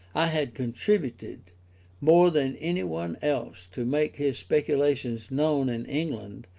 i had contributed more than any one else to make his speculations known in england,